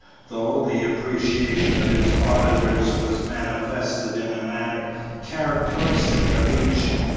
though the appreciation of his auditors was manifested in a manner characteristic of each.